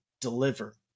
deliver